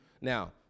Now